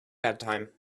bedtime